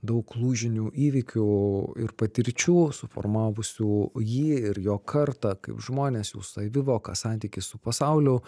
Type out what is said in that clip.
daug lūžinių įvykių ir patirčių suformavusių jį ir jo kartą kaip žmones jų savivoką santykį su pasauliu